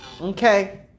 Okay